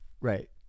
right